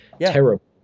terrible